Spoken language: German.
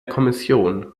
kommission